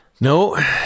No